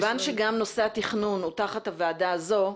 כיוון שגם נושא התכנון הוא תחת הוועדה הזו,